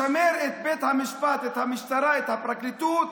לשמר את בית המשפט, את המשטרה, את הפרקליטות,